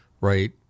right